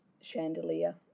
chandelier